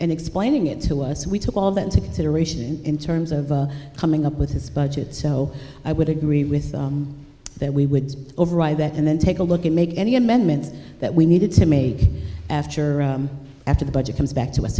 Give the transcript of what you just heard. and explaining it to us we took all that into consideration in terms of coming up with his budget so i would agree with that we would override that and then take a look and make any amendments that we needed to made after or after the budget comes back to us